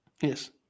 Yes